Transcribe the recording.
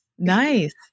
Nice